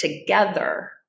together